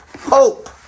Hope